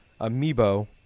amiibo